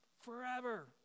forever